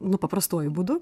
nu paprastuoju būdu